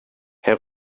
herr